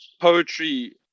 poetry